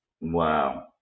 wow